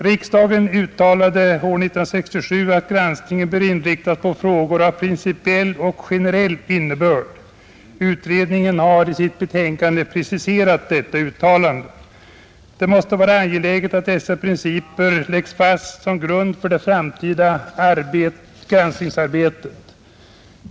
Riksdagen uttalade år 1967 att granskningen bör inriktas på frågor av principiell och generell innebörd. Utredningen har i sitt betänkande preciserat detta uttalande. Det måste vara angeläget att dessa principer läggs fast som grund för det framtida granskningsarbetet.